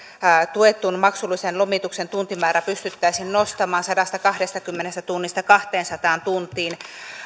tuetun maksullisen lomituksen tuntimäärä pystyttäisiin nostamaan sadastakahdestakymmenestä tunnista kahteensataan tuntiin